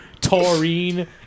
Taurine